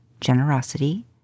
generosity